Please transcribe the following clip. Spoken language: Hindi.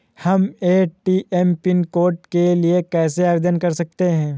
हम ए.टी.एम पिन कोड के लिए कैसे आवेदन कर सकते हैं?